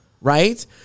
right